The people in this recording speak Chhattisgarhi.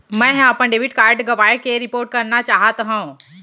मै हा अपन डेबिट कार्ड गवाएं के रिपोर्ट करना चाहत हव